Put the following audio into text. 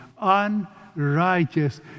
unrighteous